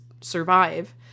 survive